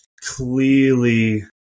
clearly